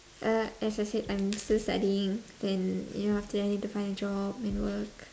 uh as I said I'm still studying then you know after that I need to find a job and work